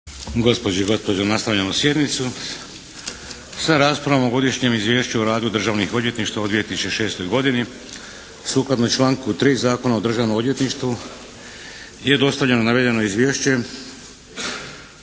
Gospođe i gospodo nastavljamo sjednicu sa raspravom - Godišnje izvješće o radu državnih odvjetništava u 2006. godini Sukladno članku 3. Zakona o državnom odvjetništvu je dostavljeno navedeno izvješće.